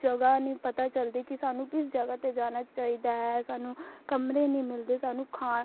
ਜਗ੍ਹਾ ਨਹੀਂ ਪਤਾ ਚੱਲਦੀ ਕਿ ਸਾਨੂੰ ਕਿਸ ਜਗ੍ਹਾ 'ਤੇ ਜਾਣਾ ਚਾਹੀਦਾ ਹੈ ਸਾਨੂੰ ਕਮਰੇ ਨਹੀਂ ਮਿਲਦੇ ਸਾਨੂੰ ਖਾਂ